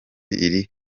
iri